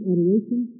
Adoration